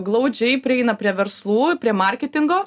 glaudžiai prieina prie verslų prie marketingo